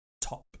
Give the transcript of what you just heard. top